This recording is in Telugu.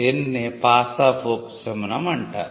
దీనినే 'పాస్ ఆఫ్' ఉపశమనం అంటారు